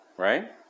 Right